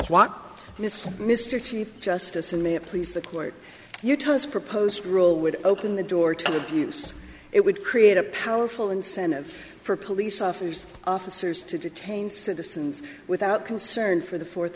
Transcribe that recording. what mr mr chief justice and may it please the court your toes proposed rule would open the door to the use it would create a powerful incentive for police officers officers to detain citizens without concern for the fourth